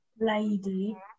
lady